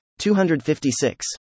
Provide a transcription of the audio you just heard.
256